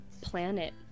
planet